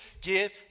give